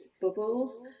bubbles